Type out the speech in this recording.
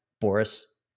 Boris